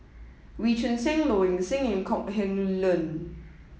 Wee Choon Seng Low Ing Sing and Kok Heng Leun